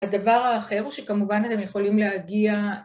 הדבר האחר הוא שכמובן אתם יכולים להגיע